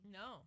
no